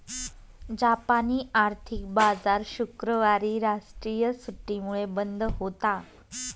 जापानी आर्थिक बाजार शुक्रवारी राष्ट्रीय सुट्टीमुळे बंद होता